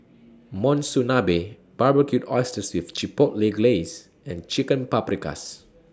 Monsunabe Barbecued Oysters with Chipotle Glaze and Chicken Paprikas